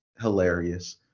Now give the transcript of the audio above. Hilarious